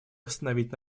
восстановить